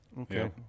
Okay